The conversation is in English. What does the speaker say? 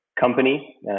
company